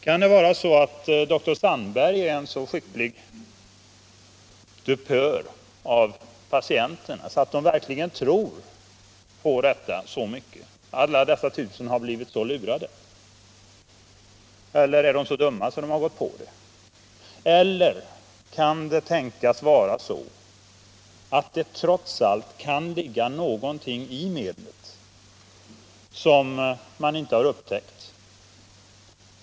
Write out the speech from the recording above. Kan det vara så att dr Sandberg är så skicklig att dupera patienterna att de blivit bättre därför att de verkligen tror på detta? Har alla dessa tusentals människor blivit lurade? Är de så dumma? Eller kan det tänkas att det trots allt kan finnas någonting i medlet som man inte har upptäckt?